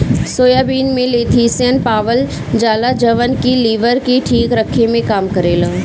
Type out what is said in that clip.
soybean में lecithin पावल जाला जवन की लीवर के ठीक रखे में काम करेला